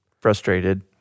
Frustrated